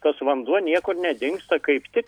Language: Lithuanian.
tas vanduo niekur nedingsta kaip tik